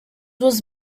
was